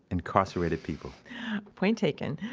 incarcerated people point taken.